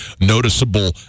noticeable